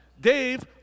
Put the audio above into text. Dave